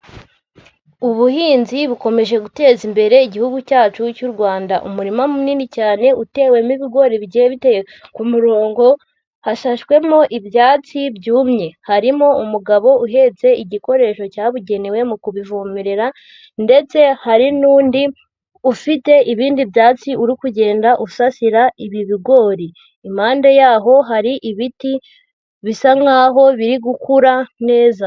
Ubuhinzi bukomeje guteza imbere igihugu cyacu cy'u Rwanda. Umurima munini cyane utewemo ibigori bigiye biteye ku murongo, hashashwemo ibyatsi byumye. Harimo umugabo uhetse igikoresho cyabugenewe mu kubivomerera ndetse hari n'undi ufite ibindi byatsi uri kugenda usasira ibi bigori. Impande yaho hari ibiti bisa nkaho biri gukura neza.